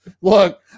look